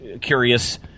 curious